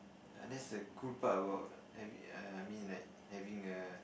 uh that's the cool part about having err I mean like having a